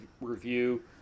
review